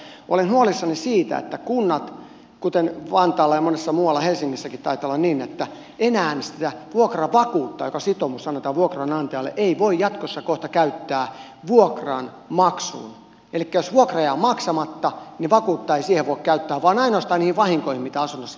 vielä viimeiseksi haluan sanoa sen että olen huolissani siitä että kunnissa kuten vantaalla ja monessa muualla helsingissäkin taitaa olla niin että enää sitä vuokravakuutta joka sitoumus annetaan vuokranantajalle ei voi jatkossa kohta käyttää vuokranmaksuun elikkä jos vuokra jää maksamatta niin vakuutta ei siihen voi käyttää vaan ainoastaan niihin vahinkoihin mitä asunnossa tapahtuu